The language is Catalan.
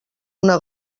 una